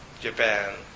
Japan